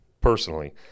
personally